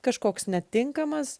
kažkoks netinkamas